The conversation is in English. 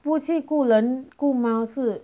估计顾人顾猫是